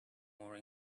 more